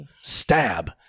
Stab